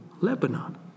Lebanon